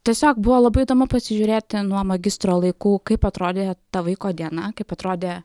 tiesiog buvo labai įdomu pasižiūrėti nuo magistro laikų kaip atrodė ta vaiko diena kaip atrodė